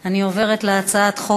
אני מקווה שבשבוע הבא